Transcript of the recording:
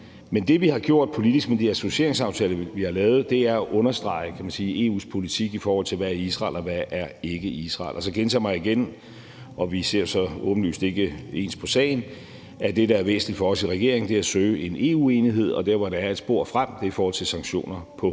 Men det, vi har gjort politisk med de associeringsaftaler, vi har lavet, er at understrege EU's politik, i forhold til hvad der er Israel, og hvad der ikke er Israel. Og så gentager jeg igen – og vi ser så åbenlyst ikke ens på sagen – at det, der er væsentligt for os i regeringen, er at søge en EU-enighed, og der, hvor der er et spor frem, er i forhold til sanktioner på